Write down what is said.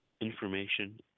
information